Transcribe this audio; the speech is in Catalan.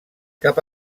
cap